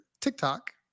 TikTok